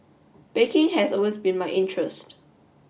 baking has always been my interest